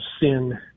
sin